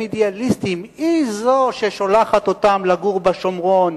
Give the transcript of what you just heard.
אידיאליסטים היא זו ששולחת אותם לגור בשומרון,